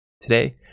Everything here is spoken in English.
Today